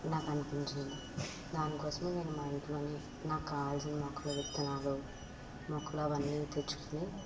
నాకు అనిపించింది దాన్నికోసమే నేను మా ఇంట్లోని నాకు కావాల్సిన మొక్కల విత్తనాలు మొక్కలు అవన్నీ తెచ్చుకుని